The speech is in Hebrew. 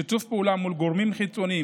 שיתוף פעולה מול גורמים חיצוניים,